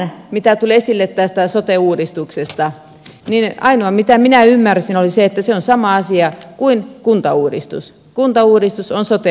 tänään mitä tuli esille tästä sote uudistuksesta ainoa mitä minä ymmärsin oli se että se on sama asia kuin kuntauudistus kuntauudistus on sote uudistus paitsi poikkeukset poikkeukset poikkeukset